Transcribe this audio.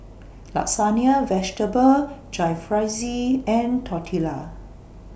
Lasagna Vegetable Jalfrezi and Tortillas